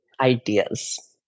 Ideas